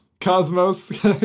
Cosmos